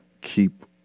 keep